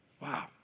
Wow